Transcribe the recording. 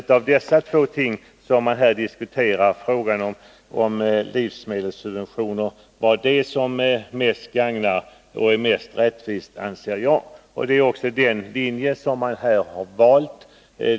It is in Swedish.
Jag anser att livsmedelssubventioner är det som mest gagnar och är mest rättvist. Det är också den linje man har valt.